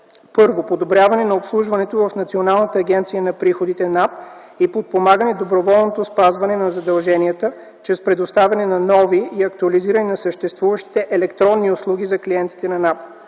Първо, подобряване на обслужването в Националната агенция за приходите и подпомагане доброволното спазване на задълженията чрез предоставяне на нови и актуализиране на съществуващите електронни услуги за клиентите на НАП.